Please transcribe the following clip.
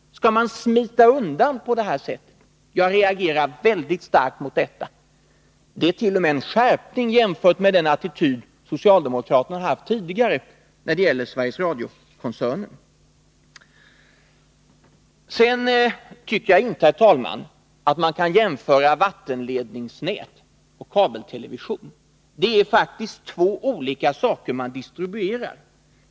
Jag reagerar väldigt starkt mot detta. Det är t.o.m. en skärpning jämfört med den attityd socialdemokraterna har haft tidigare när det gäller Sveriges Radio-koncernen. Sedan tycker jag inte, herr talman, att man kan jämföra vattenledningsnät och kabeltelevision. Det är faktiskt två olika saker man distribuerar.